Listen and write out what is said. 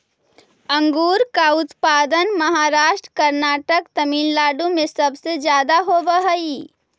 अंगूर का उत्पादन महाराष्ट्र, कर्नाटक, तमिलनाडु में सबसे ज्यादा होवअ हई